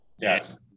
Yes